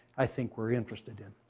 i think, were interested in.